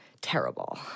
terrible